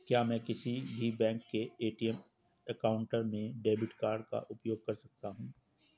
क्या मैं किसी भी बैंक के ए.टी.एम काउंटर में डेबिट कार्ड का उपयोग कर सकता हूं?